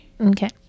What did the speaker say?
okay